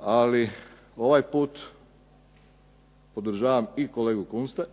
ali ovaj put podržavam i kolegu Kunsta